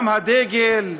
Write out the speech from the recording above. גם הדגל,